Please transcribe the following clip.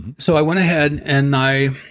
so i went ahead and i